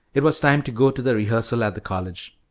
it was time to go to the rehearsal at the college.